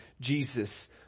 Jesus